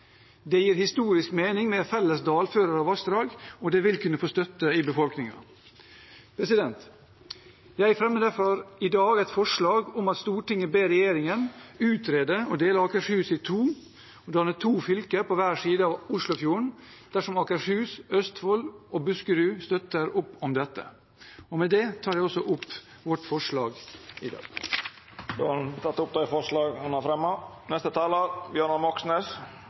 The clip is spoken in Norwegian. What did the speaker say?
Det gir historisk mening, med felles dalfører og vassdrag, og det vil kunne få støtte i befolkningen. Jeg fremmer derfor i dag et forslag om at «Stortinget ber regjeringen utrede å dele Akershus i to og danne to fylker på hver sin side av Oslofjorden, dersom fylkene Akershus, Østfold og Buskerud støtter opp om det». Med det tar jeg opp vårt forslag. Representanten Per Espen Stoknes har teke opp det forslaget han